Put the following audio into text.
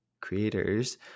creators